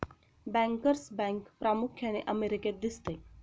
bankers bank प्रामुख्याने अमेरिकेत दिसते